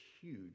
huge